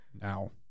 now